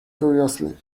curiously